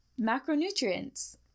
macronutrients